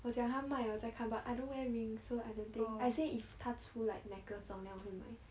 我讲她卖我再看 but I don't wear ring so I don't think I say if 她出 like necklaces 这种 then 我会买